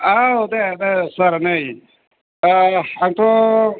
औ दे दे सार नै आंथ'